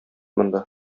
монда